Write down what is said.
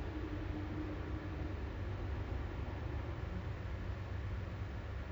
they will allow us to come back to school pakai that um trace